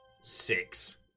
Six